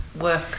work